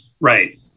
Right